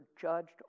judged